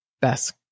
best